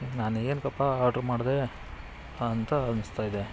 ನಾನು ಏಕಪ್ಪಾ ಆರ್ಡ್ರ್ ಮಾಡಿದೆ ಅಂತ ಅನ್ನಿಸ್ತಾಯಿದೆ